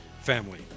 family